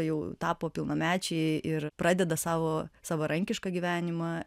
jau tapo pilnamečiai ir pradeda savo savarankišką gyvenimą